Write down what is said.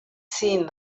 seen